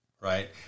right